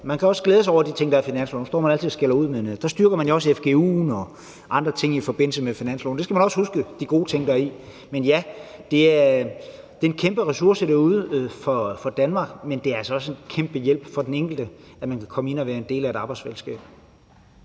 Man kan også glæde sig over de ting, der er i finansloven, for man står altid og skælder ud over den, men der styrker man jo også fgu'en og andre ting i forbindelse med finansloven. Man skal også huske de gode ting, der er i den. Men ja, det er en kæmpe ressource derude for Danmark, men det er altså også en kæmpe hjælp for den enkelte, at man kan komme ind og være en del af et arbejdsfællesskab.